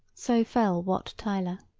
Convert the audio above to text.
so fell wat tyler.